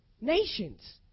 Nations